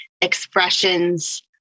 expressions